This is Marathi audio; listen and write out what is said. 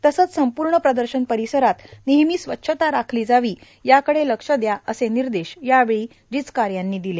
तसंच संपूर्ण प्रदर्शन परिसरात नेहमी स्वच्छता राखली जावी याकडे लक्ष देण्यात यावं असे निर्देश यावेळी जिचकार यांनी दिले